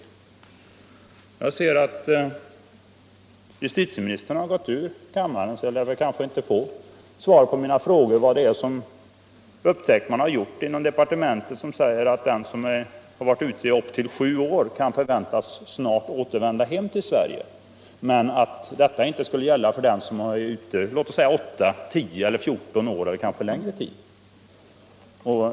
33 Jag ser att justitieministern har gått ut ur kammaren, så jag lär inte få svar på mina frågor om vad det är för upptäckt man har gjort inom departementet vilken innebär att den som varit i utlandet upp till sju år kan förväntas snart återvända hem till Sverige men att detta inte skulle gälla för den som är ute åtta, tio eller fjorton år eller kanske längre tid.